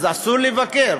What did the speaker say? אז אסור לבקר,